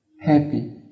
happy